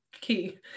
Key